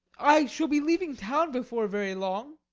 i shall be leaving town before very long,